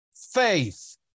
Faith